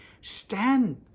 Stand